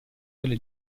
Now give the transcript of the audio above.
delle